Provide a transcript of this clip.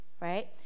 Right